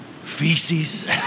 feces